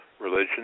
Religion